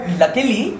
luckily